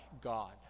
God